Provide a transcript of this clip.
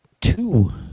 two